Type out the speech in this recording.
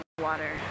water